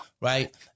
Right